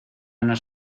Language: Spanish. nos